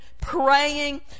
praying